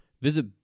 Visit